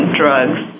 drugs